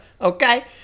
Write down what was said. Okay